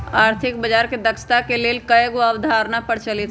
आर्थिक बजार के दक्षता के लेल कयगो अवधारणा प्रचलित हइ